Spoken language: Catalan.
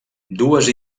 dues